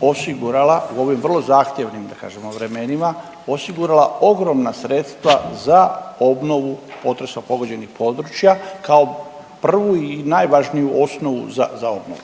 osigurala u ovim vrlo zahtjevnim da kažemo vremenima osigurala ogromna sredstva za obnovu potresom pogođenih područja, kao prvu i najvažniju osnovu za, za obnovu.